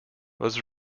was